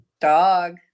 Dog